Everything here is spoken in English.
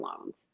loans